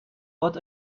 what